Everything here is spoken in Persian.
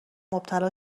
مبتلا